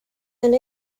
and